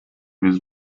his